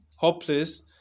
Hopeless